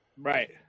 Right